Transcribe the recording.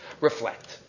reflect